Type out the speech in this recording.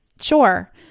sure